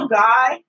guy